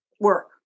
work